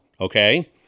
okay